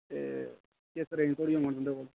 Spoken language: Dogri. ते किस रेंज धोड़ी होङन तुं'दे कोल